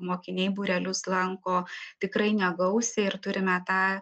mokiniai būrelius lanko tikrai negausiai ir turime tą